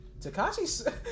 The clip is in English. Takashi